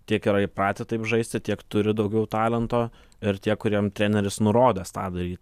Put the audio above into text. tiek yra įpratę taip žaisti tiek turi daugiau talento ir tie kuriem treneris nurodęs tą daryt